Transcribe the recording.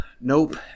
nope